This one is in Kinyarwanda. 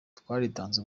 twaritanze